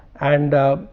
and ah